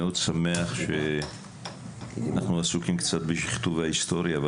שמח שאנחנו עסוקים קצת בשכתוב ההיסטוריה.